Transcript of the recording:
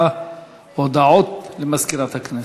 הודעות למזכירת הכנסת.